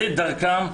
זה דרכן.